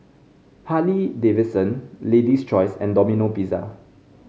Harley Davidson Lady's Choice and Domino Pizza